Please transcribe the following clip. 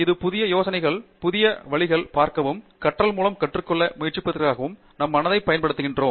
இது புதிய யோசனைகளை புதிய வழிகளில் பார்க்கவும் கற்றல் மூலம் கற்றுக்கொள்ள முயற்சிப்பதற்காகவும் நம் மனதைப் பயன்படுத்துகிறோம்